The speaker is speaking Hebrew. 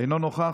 אינו נוכח,